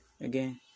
again